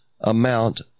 amount